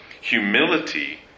humility